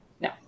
No